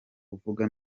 uvuga